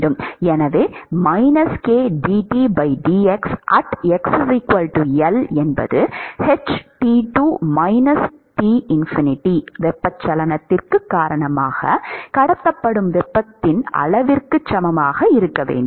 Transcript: எனவே வெப்பச்சலனத்தின் காரணமாக கடத்தப்படும் வெப்பத்தின் அளவிற்கு சமமாக இருக்க வேண்டும்